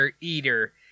eater